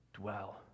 dwell